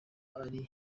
ari